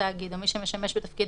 מי שמקבל